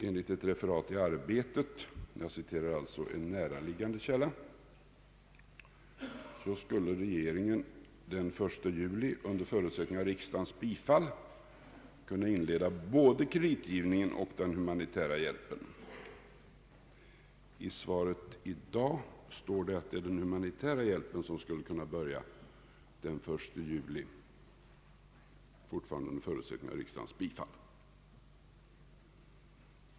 Enligt ett referat i Arbetet — jag citerar alltså en näraliggande källa — skulle regeringen den 1 juli under förutsättning av riksdagens bifall kunna inleda både kreditgivningen och den humanitära hjälpen. I svaret i dag står det att det är den humanitära hjälpen som skulle kunna börja den 1 juli, fortfarande under förutsättning av riksdagens bifall.